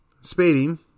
spading